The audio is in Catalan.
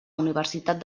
universitat